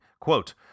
Quote